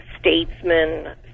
statesman